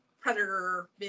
predator